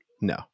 no